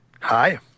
hi